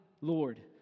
Lord